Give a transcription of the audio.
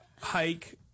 Hike